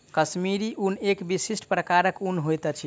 कश्मीरी ऊन एक विशिष्ट प्रकारक ऊन होइत अछि